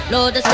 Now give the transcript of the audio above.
Lord